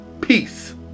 Peace